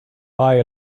buy